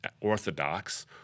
orthodox